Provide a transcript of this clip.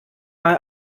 mal